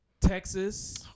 Texas